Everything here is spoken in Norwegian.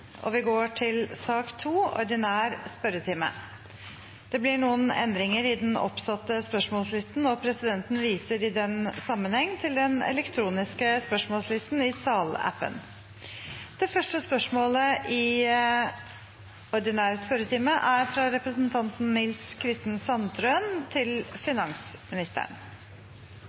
Det blir noen endringer i den oppsatte spørsmålslisten, og presidenten viser i den sammenheng til den elektroniske spørsmålslisten i salappen. Endringene var som følger: Spørsmål 3, fra representanten Siv Mossleth til justis- og beredskapsministeren, er overført til